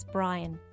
Brian